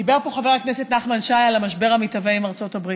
דיבר פה חבר הכנסת נחמן שי על המשבר המתהווה עם ארצות הברית.